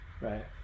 right